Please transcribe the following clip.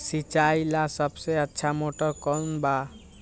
सिंचाई ला सबसे अच्छा मोटर कौन बा?